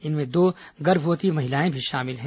इनमें दो गर्भवती महिलाएं भी शामिल हैं